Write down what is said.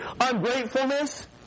ungratefulness